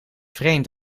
vreemd